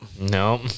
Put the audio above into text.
no